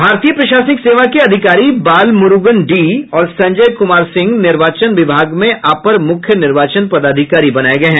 भारतीय प्रशासनिक सेवा के अधिकारी बालामुरूगन डी और संजय कुमार सिंह निर्वाचन विभाग में अपर मुख्य निर्वाचन पदाधिकारी बनाये गये हैं